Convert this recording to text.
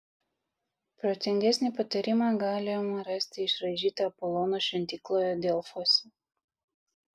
protingesnį patarimą galima rasti išraižytą apolono šventykloje delfuose